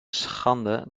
schande